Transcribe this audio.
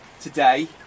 today